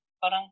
parang